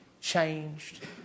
changed